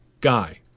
guy